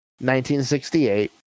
1968